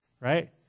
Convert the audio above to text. right